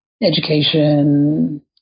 education